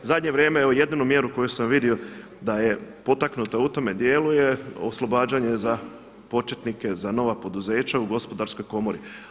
U zadnje vrijeme evo jedinu mjeru koju sam vidio da je potaknuta u tome dijelu je oslobađanje za početnike, za nova poduzeća u gospodarskoj komori.